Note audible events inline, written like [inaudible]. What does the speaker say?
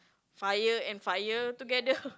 fire and fire together [laughs]